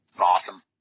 Awesome